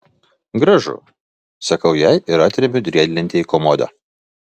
gražu sakau jai ir atremiu riedlentę į komodą